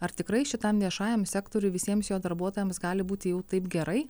ar tikrai šitam viešajam sektoriui visiems jo darbuotojams gali būti jau taip gerai